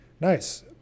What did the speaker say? Nice